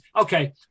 Okay